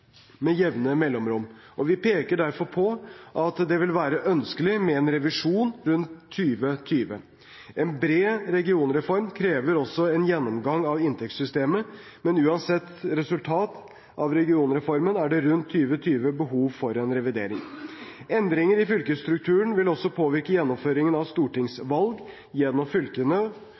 med jevne mellomrom, og vi peker derfor på at det vil være ønskelig med en revisjon rundt 2020. En bred regionreform krever også en gjennomgang av inntektssystemet, men uansett resultat av regionreformen er det rundt 2020 behov for en revidering. Endringer i fylkesstrukturen vil også påvirke gjennomføringen av stortingsvalg ettersom fylkene